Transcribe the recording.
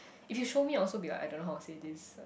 if you show me I'll also be like I don't know how say this